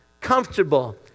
comfortable